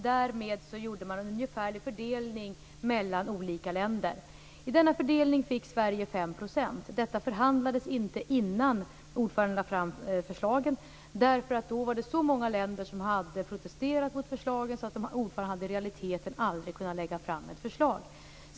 Därefter gjorde man en ungefärlig fördelning mellan olika länder. I denna fördelning fick Sverige klartecken att öka utsläppen med 5 %. Vi förhandlade inte innan ordföranden lade fram förslaget. Så många länder hade protesterat mot förslaget att ordföranden i realiteten aldrig hade kunnat lägga fram ett förslag.